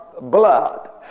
blood